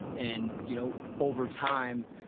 and you know over time,